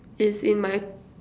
it's in my